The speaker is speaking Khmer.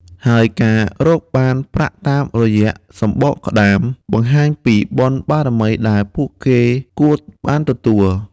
ហើយការរកបានប្រាក់តាមរយៈសំបកក្តាមបង្ហាញពីបុណ្យបារមីដែលពួកគេគួរបានទទួល។